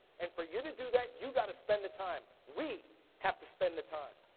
and for you to do that, you gotta spend the time. we have to spend the time.